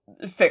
fix